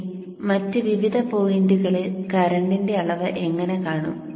ഇനി മറ്റ് വിവിധ പോയിന്റുകളിൽ കറന്റിന്റെ അളവ് എങ്ങനെ കാണും